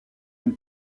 une